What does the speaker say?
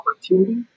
opportunity